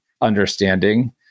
understanding